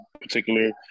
particular